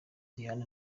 rihanna